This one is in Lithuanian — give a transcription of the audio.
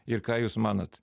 ir ką jūs manot